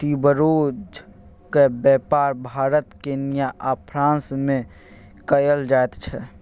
ट्यूबरोजक बेपार भारत केन्या आ फ्रांस मे कएल जाइत छै